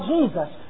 Jesus